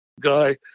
guy